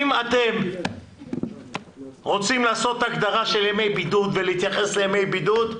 אם אתם רוצים לעשות הגדרה של ימי בידוד ולהתייחס לימי בידוד,